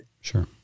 Sure